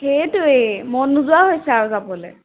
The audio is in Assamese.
সেইটোৱে মন নোযোৱা হৈছে আৰু যাবলৈ